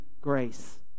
grace